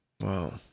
Wow